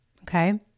okay